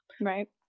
Right